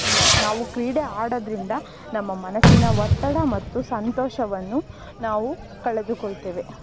ನಾವು ಕ್ರೀಡೆ ಆಡೋದರಿಂದ ನಮ್ಮ ಮನಸ್ಸಿನ ಒತ್ತಡ ಮತ್ತು ಸಂತೋಷವನ್ನು ನಾವು ಕಳೆದುಕೊಳ್ತೇವೆ